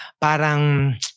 parang